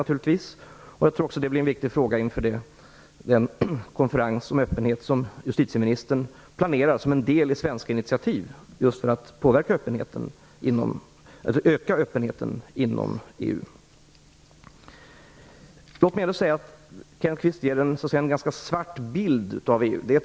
Jag tror också att det blir en viktig fråga inför den konferens om öppenhet som justitieministern planerar som ett led i svenska initiativ för att öka öppenheten inom Låt mig säga att Kenneth Kvist ger en ganska svart bild av EU.